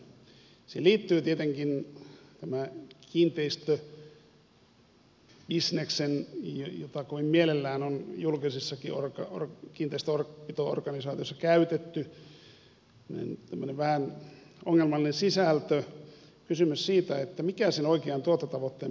tietenkin tähän liittyy kiinteistöbisneksen jota kovin mielellään on julkisissakin kiinteistönpito organisaatioissa käytetty tämmöinen vähän ongelmallinen sisältö kysymys siitä mikä sen oikean tuottotavoitteen pitäisi olla